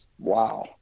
wow